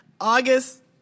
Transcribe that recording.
August